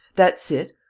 that's it.